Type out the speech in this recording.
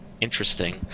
interesting